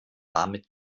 damit